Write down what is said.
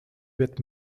wird